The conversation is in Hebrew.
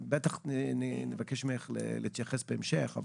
בטח נבקש ממך להתייחס בהמשך.